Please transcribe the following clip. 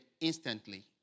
instantly